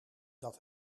dat